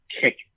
kick